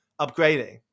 upgrading